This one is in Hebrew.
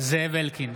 זאב אלקין,